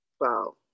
Wow